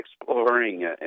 exploring